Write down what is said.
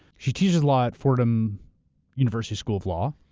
she teaches law at fordham university school of law.